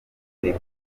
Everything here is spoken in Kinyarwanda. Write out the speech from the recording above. alex